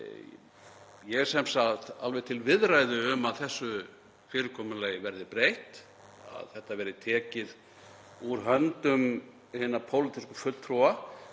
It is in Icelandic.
Ég er alveg til viðræðu um að þessu fyrirkomulagi verði breytt og það tekið úr höndum hinna pólitísku fulltrúa.